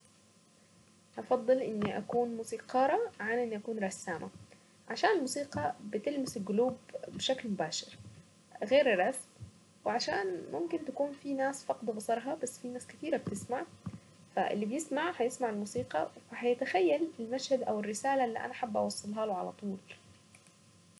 افضل اني اكون موسيقاره على اني اكون رسامة عشان الموسيقى بتلمس القلوب بشكل مباشر، غير الرسم وعشان ممكن تكون في ناس فاقدة بصرها بس في ناس كتيرة بتسمع فاللي بيسمع هيسمع الموسيقى وهيتخيل المشهد او الرسالة اللي انا حابة اوصلها له على طول.